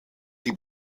die